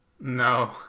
No